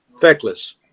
feckless